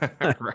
right